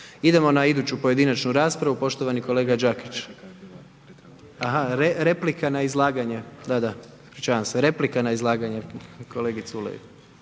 Idemo na iduću pojedinačnu raspravu poštovani kolega Đakić. …/Upadica se ne čuje./… A, ha, replika na izlaganje, da, da, ispričavam se. Replika na izlaganje kolegi Culeju.